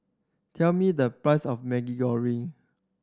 tell me the price of Maggi Goreng